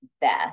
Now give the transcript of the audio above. best